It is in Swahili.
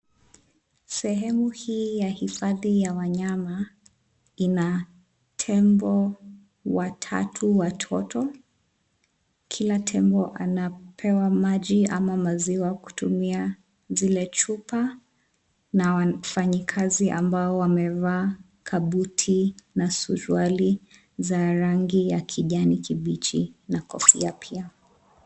Sehemu hii ya hifadhi ya wanyama ina tembo watatu watoto. Kila tembo anapewa maji ama maziwa kutumia zile chupa na wafanyikazi ambao wamevaa kabuti na suruali za rangi ya kijani kibichi na kofia pia.